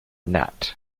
nat